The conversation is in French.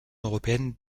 européenne